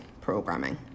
programming